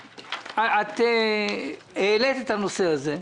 את העלית את הנושא הזה.